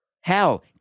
hell